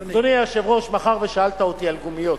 מאחר ששאלת אותי על גומיות,